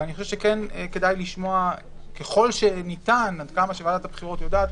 אבל כדאי לשמוע ככל שוועדת הבחירות יודעת